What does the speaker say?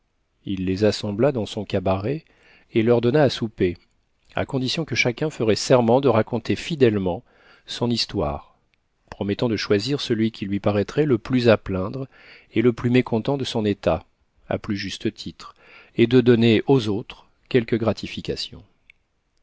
il les assembla dans son cabaret et leur donna à souper à condition que chacun ferait serment de raconter fidèlement son histoire promettant de choisir celui qui lui paraîtrait le plus à plaindre et le plus mécontent de son état à plus juste titre et de donner aux autres quelques gratifications